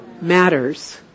Matters